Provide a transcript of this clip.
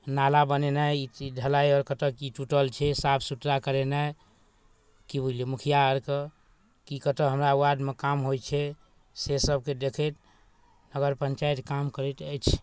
नाला बनेनाइ ई चीज ढलाइ आओर कतऽ कि टुटल छै साफ सुथरा करेनाइ कि बुझलिए मुखिआ आओरके कि कतऽ हमरा वार्डमे काम होइ छै से सबके देखैत नगर पञ्चायत काम करैत अछि